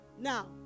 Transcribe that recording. Now